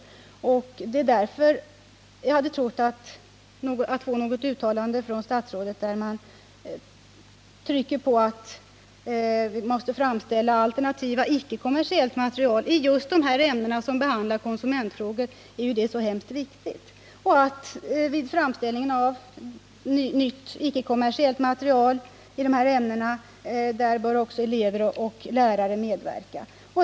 Det var också anledningen till att jag hade hoppats få ett uttalande från statsrådet där hon hade tryckt på, att vi måste framställa alternativt, icke-kommersiellt material. I just dessa ämnen, som behandlar konsumentfrågor, är ju det så viktigt. Vid framställningen av nytt, icke-kommersiellt material i dessa ämnen bör också elever och lärare medverka.